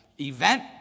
event